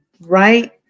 right